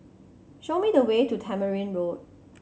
show me the way to Tamarind Road